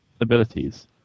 abilities